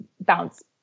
bounce